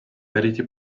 eriti